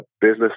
business